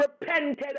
repented